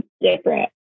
different